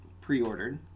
pre-ordered